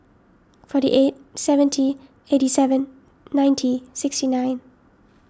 forty eight seventy eighty seven ninety sixty nine